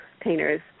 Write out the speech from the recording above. painters